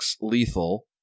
lethal